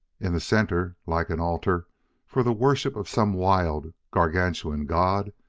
in the center, like an altar for the worship of some wild, gargantuan god,